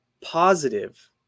positive